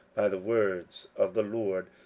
the words of the lord,